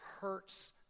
hurts